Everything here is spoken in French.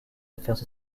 affaires